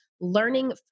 learning